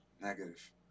Negative